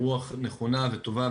ברוח נכונה וטובה,